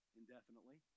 indefinitely